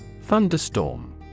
Thunderstorm